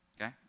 Okay